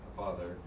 father